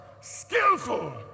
skillful